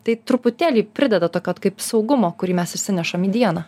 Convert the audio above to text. tai truputėlį prideda tokio vat kaip saugumo kurį mes išsinešam į dieną